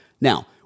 Now